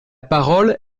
parole